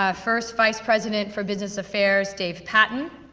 ah first, vice president for business affairs, dave patten.